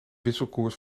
wisselkoers